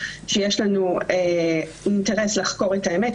שיש לנו אינטרס לחקור את האמת.